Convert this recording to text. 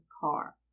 car